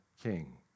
king